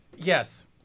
Yes